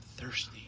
thirsty